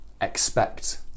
expect